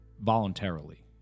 voluntarily